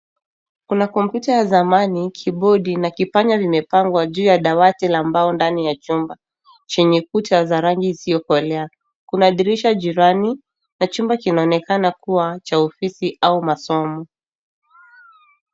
Kuna kompyuta ya zamani, kibodi na kipanya vimepanwa juu ya dawati ya mbao ndani ya chumba chenye kuta za rangi isiyokolea. Kuna dirisha jirani na chumba kinaonekana kuwa cha ofisi au masomo.